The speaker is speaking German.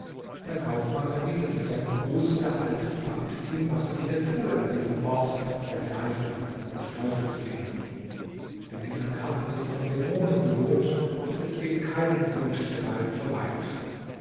der kaufmann erwiderte seinen gruß und der alte fragte ihn was er hier tue an diesem orte der geister und teufelskinder denn dieser garten ist von dämonen bewohnt und es geht keinem gut der darin verweilt